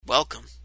Welcome